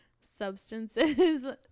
substances